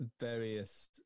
various